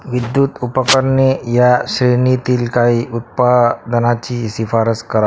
विद्युत उपकरणे या श्रेणीतील काही उत्पादनाची शिफारस करा